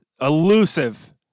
elusive